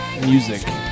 Music